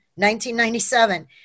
1997